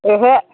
ओहो